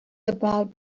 about